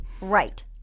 Right